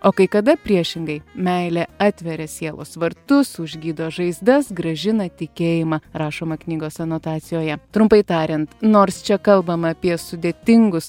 o kai kada priešingai meilė atveria sielos vartus užgydo žaizdas grąžina tikėjimą rašoma knygos anotacijoje trumpai tariant nors čia kalbama apie sudėtingus